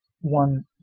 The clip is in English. one